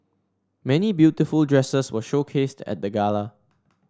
many beautiful dresses were showcased at the gala